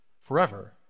forever